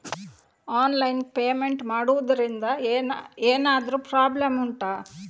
online payment ಮಾಡುದ್ರಿಂದ ಎಂತಾದ್ರೂ problem ಉಂಟಾ